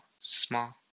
small